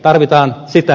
tarvitaan sitä